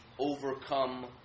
overcome